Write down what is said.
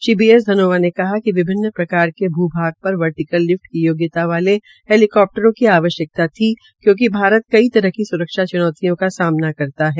Shri B S Dhanoa ने कहा कि विभिन्न प्रकार के भू भाग र वर्टीकल लिफट की योग्यता वाले हैलीक टरों की आवश्यकता थी क्योकि भारत कई तरह की स्रक्षा चुनौतियों का सामना करता है